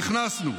נכנסנו.